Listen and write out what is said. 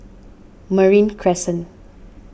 Marine Crescent